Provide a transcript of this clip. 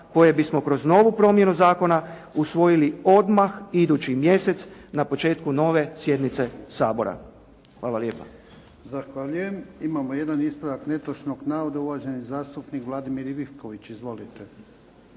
koje bismo kroz novu promjenu zakona usvojili odmah idući mjesec na početku nove sjednice Sabora. Hvala lijepa.